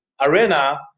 arena